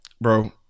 bro